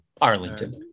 Arlington